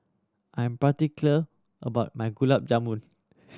I am particular about my Gulab Jamun